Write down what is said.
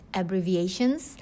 abbreviations